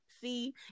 see